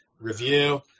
review